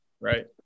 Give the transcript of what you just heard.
Right